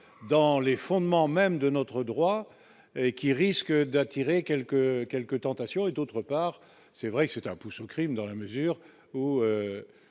dans les fondements mêmes de notre droit qui risque d'attirer quelques quelques tentations et, d'autre part, c'est vrai que c'est un pousse au Crime dans la mesure où